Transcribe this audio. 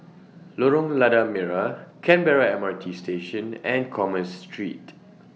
Lorong Lada Merah Canberra M R T Station and Commerce Street